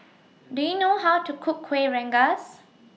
Do YOU know How to Cook Kuih Rengas